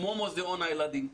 כמו מוזיאון הילדים,